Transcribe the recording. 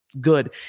good